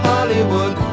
Hollywood